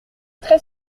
très